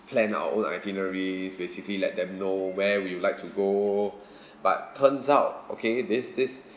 plan our own itinerary basically let them know where we would like to go but turns out okay this this